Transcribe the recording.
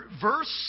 Verse